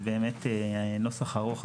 זה באמת נוסח ארוך,